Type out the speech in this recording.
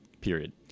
Period